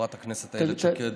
חברת הכנסת איילת שקד,